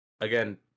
again